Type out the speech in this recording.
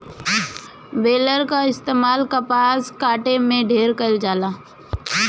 baler कअ इस्तेमाल कपास काटे में ढेर कइल जाला